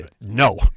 no